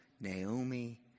Naomi